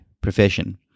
profession